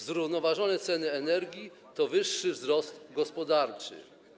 Zrównoważone ceny energii to wyższy wzrost gospodarczy.